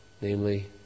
namely